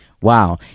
Wow